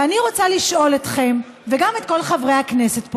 ואני רוצה לשאול אתכם, וגם את כל חברי הכנסת פה,